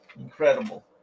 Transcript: Incredible